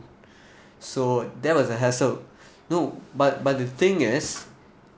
so that was a hassle no but but the thing is